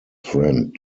friend